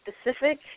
specific